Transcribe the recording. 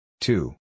Two